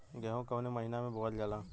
गेहूँ कवने महीना में बोवल जाला?